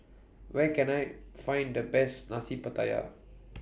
Where Can I Find The Best Nasi Pattaya